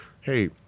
hey